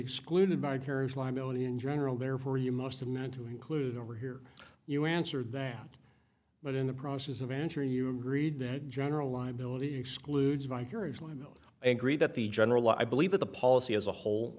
excluded by terry's liability in general therefore you must have meant to include over here you answered that but in the process of answering you agreed that general liability excludes vicarious liability i agree that the general i believe that the policy as a whole